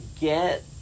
Get